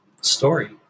story